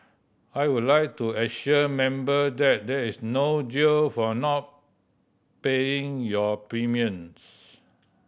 I would like to assure Member that there is no jail for not paying your premiums